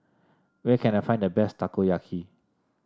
where can I find the best Takoyaki